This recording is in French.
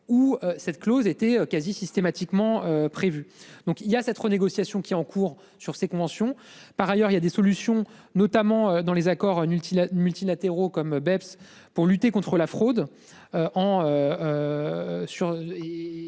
où cette clause était quasi systématiquement prévu donc il y a cette renégociation qui en cours sur ces conventions. Par ailleurs, il y a des solutions, notamment dans les accords un ultime multilatéraux comme BEPS pour lutter contre la fraude. En.